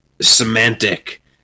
semantic